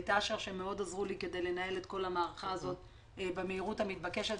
ואת אשר שעזרו לי מאוד כדי לנהל את כל המערכה הזאת במהירות המתבקשת,